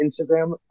Instagram